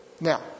Now